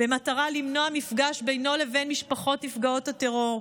במטרה למנוע מפגש בינו לבין המשפחות נפגעות הטרור,